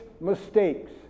mistakes